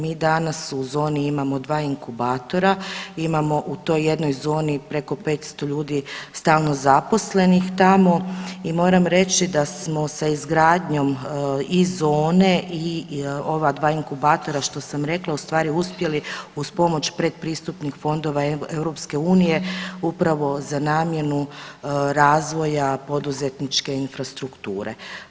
Mi danas u zoni imamo dva inkubatora, imamo u toj jednoj zoni preko 500 ljudi stalno zaposlenih tamo i moram reći da smo sa izgradnjom i zone i ova dva inkubatora što sam rekla u stvari uspjeli uz pomoć pretpristupnih fondova EU upravo za namjenu razvoja poduzetničke infrastrukture.